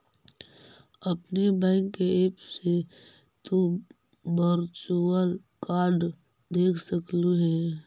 अपने बैंक के ऐप से तु वर्चुअल कार्ड देख सकलू हे